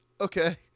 Okay